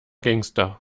gangster